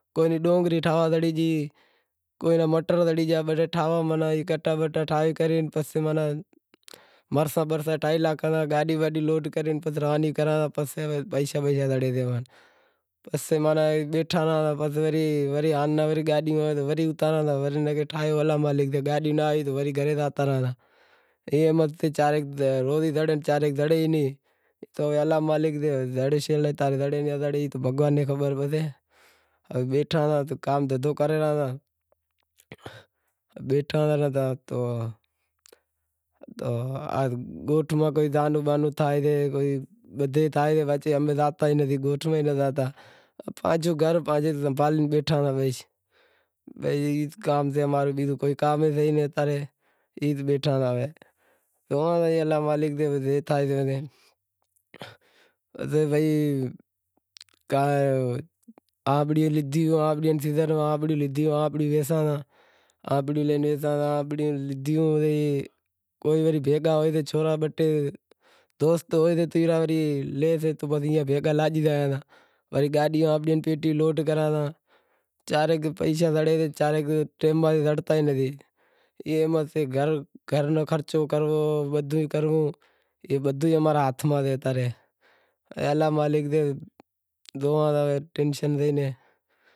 کوئی ناں ڈونگری ٹھاواں زڑی گئیں کوئی نیں مٹر زڑی گیا ٹھاواں مانیں کٹا بٹا ٹھاوے کرے پسے مرساں برساں ٹھائی لیاں، گاڈی باڈی لوڈ کرے روانی کراں پسے پیسا بیسا زڑیں تا، پسے بیٹھا رہاں تا گاڈی اتاری پسے الا مالک اے پسے گھرے زاتا رہاں۔ ایئں اماں نیں چا رے روزی زڑے چا رے زڑے نئیں، پسے الا مالک سے زڑی ناں زڑی بھگوان نیں خبر۔ بیٹھا آں تو کام دہندو کرے رہاں تا، گوٹھ بھی نئیں زاوتا پانجو گھر سنبھالے بیٹھا آں بش۔ ای کام سے امارو بیزو کو کام سئے ئی ناں ایم ائی بیٹھا ساں زوئاں تاں الا مالک سے، پسے آنبڑیوں ری سیزن میں آنبڑیوں لیدہوں آنبڑیوں لے ویساں تا چھورا ہوسیں دوست بے ٹے تو ای لے بھیگا لاگی زاں تا۔ گاڈیوں میں پیٹیاں لوڈ کراں تا، چاں رے پیشا زڑی زائیں چاں رے ٹیم ماتھے زڑتا ئی نتھی۔ ای گھر رو خرچو کرنڑو بدہو ئی کرنڑو، بدہو ئی اماں رے ہاتھ میں زاتا رہیا۔ الا مالک سے زوئاں تا ٹینشن سے نئیں